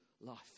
life